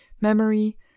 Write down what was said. memory